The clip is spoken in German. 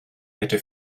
hätte